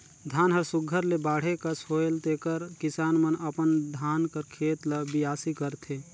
धान हर सुग्घर ले बाढ़े कस होएल तेकर किसान मन अपन धान कर खेत ल बियासी करथे